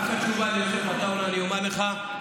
תשובה לחבר הכנסת יוסף עטאונה: אני אומר לך,